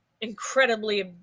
incredibly